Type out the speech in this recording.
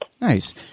Nice